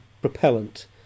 propellant